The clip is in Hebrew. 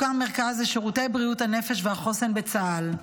הוקם מרכז לשירותי בריאות הנפש והחוסן בצה"ל,